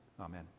Amen